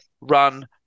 run